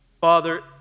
Father